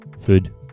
Food